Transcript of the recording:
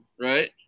right